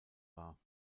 war